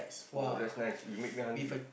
!wow! that's nice you make me hungry